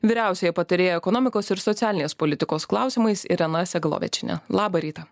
vyriausiąja patarėja ekonomikos ir socialinės politikos klausimais irena segalovičiene labą rytą